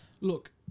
Look